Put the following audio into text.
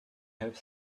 have